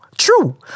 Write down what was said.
True